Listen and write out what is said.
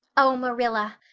oh marilla,